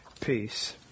peace